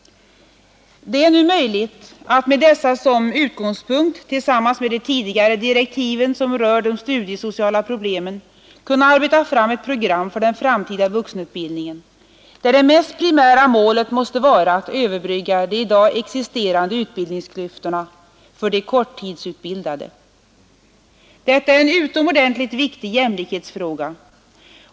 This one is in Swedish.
Det är nu möjligt att med dessa som utgångspunkt tillsammans med de tidigare direktiven, som rör de studiesociala problemen, arbeta fram ett program för den framtida vuxenutbildningen, där det primära målet måste vara att överbrygga de i dag existerande utbildningsklyftorna för de korttidsutbildade. Detta är en utomordentligt viktig jämlikhetsfråga.